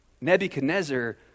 Nebuchadnezzar